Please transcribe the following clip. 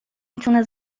میتونه